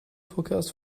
forecast